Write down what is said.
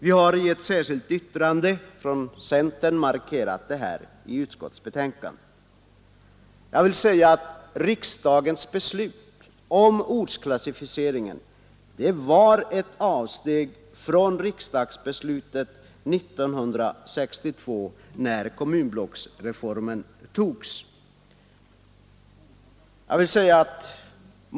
Vi har i ett särskilt yttrande från centern markerat det i utskottets betänkande. Riksdagens beslut om ortsklassificeringen var ett avsteg från riksdagsbeslutet 1962, när kommunblocksreformen antogs.